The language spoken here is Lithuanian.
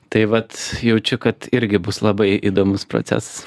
tai vat jaučiu kad irgi bus labai įdomus procesas